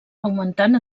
augmentant